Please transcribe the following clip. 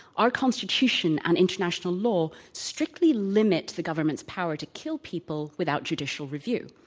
our constitution and international law strictly limits the government's power to kill people without judicial review.